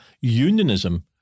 unionism